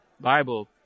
Bible